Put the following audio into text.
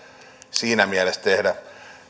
siinä mielessä tehdä